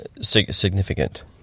Significant